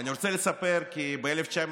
אני רוצה לספר כי ב-1989,